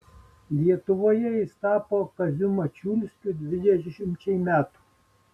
lietuvoje jis tapo kaziu mačiulskiu dvidešimčiai metų